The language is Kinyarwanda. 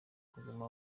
kuguma